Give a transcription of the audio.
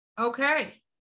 Okay